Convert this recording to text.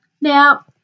now